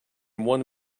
one